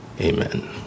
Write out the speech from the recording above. Amen